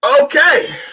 okay